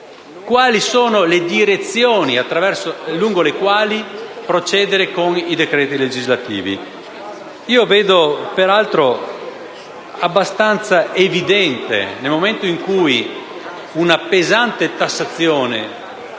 al Governo le direzioni lungo le quali procedere con i decreti legislativi.